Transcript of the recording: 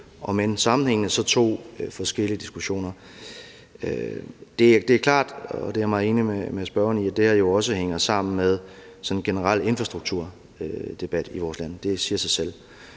omend sammenhængende så også forskellige diskussioner. Det er klart, og det er jeg meget enig med spørgeren i, at det her jo også hænger sammen med den generelle infrastrukturdebat i vores land. Det siger sig selv.